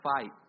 fight